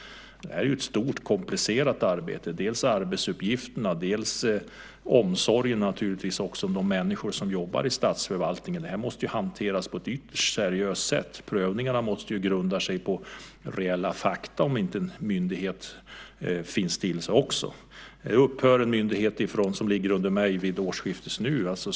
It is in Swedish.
Det här är ett stort och komplicerat arbete, både vad gäller arbetsuppgifterna och naturligtvis också omsorgen om de människor som jobbar i statsförvaltningen. Det hela måste hanteras på ett ytterst seriöst sätt och prövningarna grundas på reella fakta. Vid årsskiftet upphör en myndighet som ligger under mitt ansvarsområde.